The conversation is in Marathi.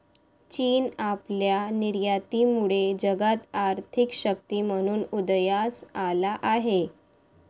चीन आपल्या निर्यातीमुळे जगात आर्थिक शक्ती म्हणून उदयास आला आहे